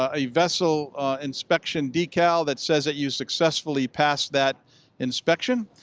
ah a vessel inspection decal that says that you successfully passed that inspection,